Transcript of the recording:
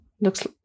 looks